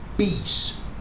Peace